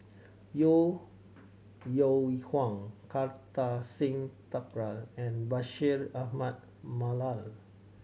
Yeo Yeow Kwang Kartar Singh Thakral and Bashir Ahmad Mallal